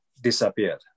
disappeared